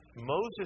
Moses